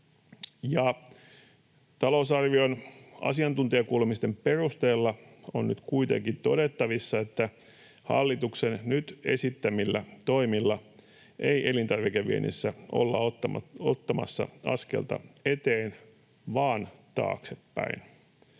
talousarvion asiantuntijakuulemisten perusteella on nyt kuitenkin todettavissa, että hallituksen nyt esittämillä toimilla ei elintarvikeviennissä olla ottamassa askelta eteen- vaan taaksepäin.